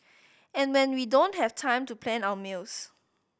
and when we don't have time to plan our meals